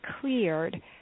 cleared